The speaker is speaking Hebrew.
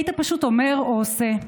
היית פשוט אומר או עושה.